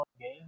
game